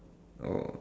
oh